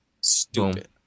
stupid